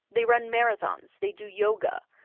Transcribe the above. they run marathons, they do yoga.